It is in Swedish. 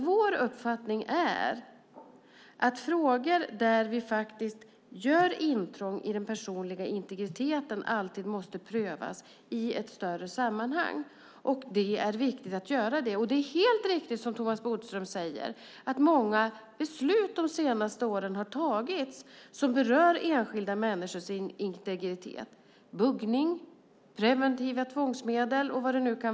Vår uppfattning är att frågor där vi gör intrång i den personliga integriteten alltid måste prövas i ett större sammanhang. Det är viktigt. Det är helt riktigt som Thomas Bodström säger att många beslut som berör enskilda människors integritet har fattats de senaste åren. Det är buggning, preventiva tvångsmedel med mera.